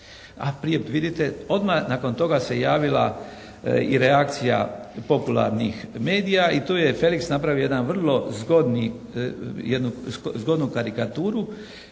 a prije vidite odmah nakon toga se javila i reakcija popularnih medija i tu je Felix napravio jednu vrlo zgodnu karikaturu